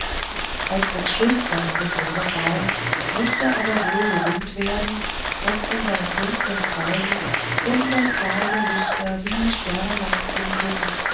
als das schönste an dem wunderbaum mußte aber wohl gerühmt werden daß in seinen dunkeln zweigen hundert kleine lichter wie sternlein funkelten